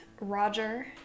Roger